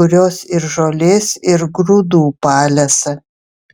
kurios ir žolės ir grūdų palesa